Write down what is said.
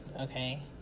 Okay